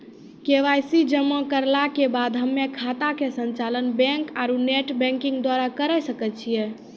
KYC जमा करला के बाद हम्मय खाता के संचालन बैक आरू नेटबैंकिंग द्वारा करे सकय छियै?